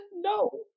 no